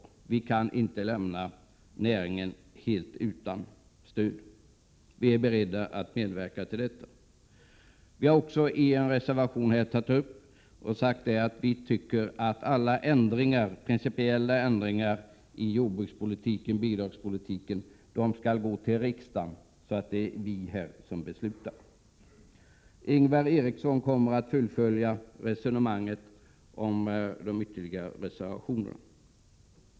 Näringen kan inte helt lämnas utan stöd. Vi är beredda att medverka till detta. Vi har också i en reservation framfört att vi anser att alla principiella ändringar i jordbrukspolitiken och i bidragspolitiken skall beslutas av riksdagen. Ingvar Eriksson kommer att fullfölja resonemanget om övriga reservationer.